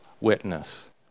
witness